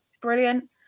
brilliant